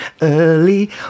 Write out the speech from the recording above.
early